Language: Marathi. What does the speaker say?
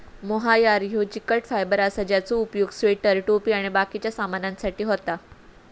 मोहायर ह्यो एक चिकट फायबर असा ज्याचो उपयोग स्वेटर, टोपी आणि बाकिच्या सामानासाठी होता